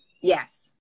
yes